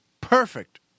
perfect